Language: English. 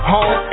Home